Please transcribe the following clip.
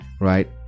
right